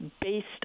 based